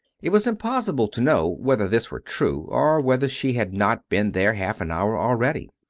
it was impossible to know whether this were true, or whether she had not been there half an hour already.